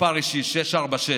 מספר אישי 6461001,